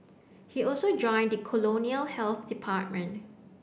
he also joined the colonial health department